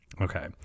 Okay